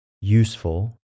useful